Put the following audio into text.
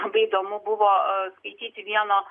labai įdomu buvo skaityti vieno